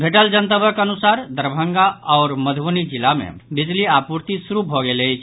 भेटल जनतबक अनुसार दरभंगा आओर मधुबनी जिला मे बिजली आपूर्ति शुरू भऽ गेल अछि